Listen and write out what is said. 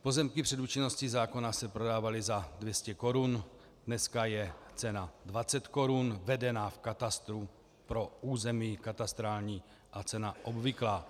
Pozemky před účinností zákona se prodávaly za 200 korun, dneska je cena 20 korun vedena v katastru pro území katastrální a cena obvyklá.